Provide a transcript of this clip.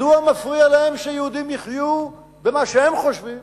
מדוע מפריע להם שיהודים יחיו במה שהם חושבים